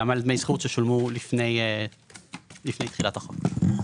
גם על דמי השכירות ששולמו לפני תחילת החוק.